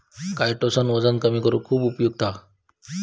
chitosan वजन कमी करुक खुप उपयुक्त हा